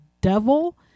devil